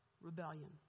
rebellion